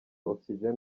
oxygen